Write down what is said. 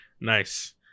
Nice